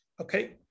Okay